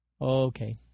Okay